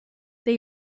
they